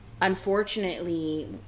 unfortunately